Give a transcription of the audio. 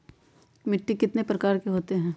मिट्टी कितने प्रकार के होते हैं?